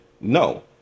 no